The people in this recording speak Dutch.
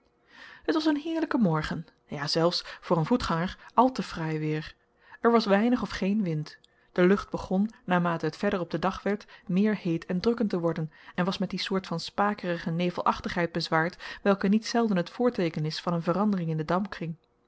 het was een heerlijke morgen ja zelfs voor een voetganger al te fraai weêr er was weinig of geen wind de lucht begon naarmate het verder op den dag werd meer heet en drukkend te worden en was met die soort van spakerige nevelachtigheid bezwaard welke niet zelden het voorteeken is van een verandering in den